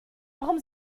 warum